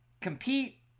compete